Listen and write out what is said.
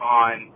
on –